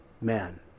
man